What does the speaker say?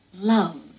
love